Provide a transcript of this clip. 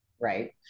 Right